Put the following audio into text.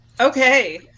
okay